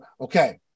okay